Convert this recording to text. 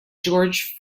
george